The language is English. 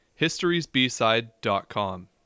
historiesbside.com